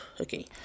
okay